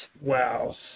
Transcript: Wow